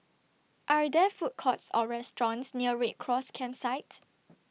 Are There Food Courts Or restaurants near Red Cross Campsite